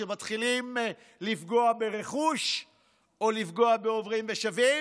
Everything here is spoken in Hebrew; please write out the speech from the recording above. כשמתחילים לפגוע ברכוש או לפגוע בעוברים ושבים?